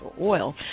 oil